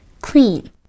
clean